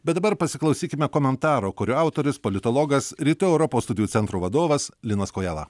bet dabar pasiklausykime komentaro kurio autorius politologas rytų europos studijų centro vadovas linas kojala